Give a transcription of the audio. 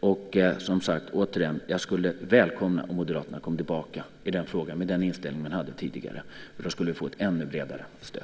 Återigen: Jag skulle välkomna om Moderaterna kommer tillbaka i den frågan med den inställning man hade tidigare. Då skulle vi få ett ännu bredare stöd.